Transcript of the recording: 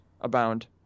abound